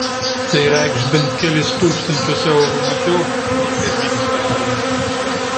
tai reikš bent kelis tūkstančius eurų mažiau nei pirminis pasiūlymas